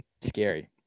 Scary